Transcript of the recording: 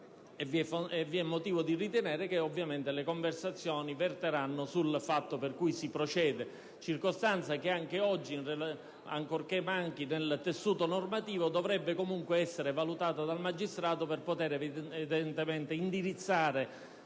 vi è motivo di ritenere che le conversazioni verteranno sui fatti per cui si procede (peraltro, tale circostanza anche oggi, ancorché manchi nel tessuto normativo, dovrebbe comunque essere valutata dal magistrato per poter indirizzare